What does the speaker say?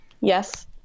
Yes